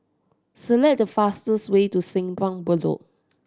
select the fastest way to Simpang Bedok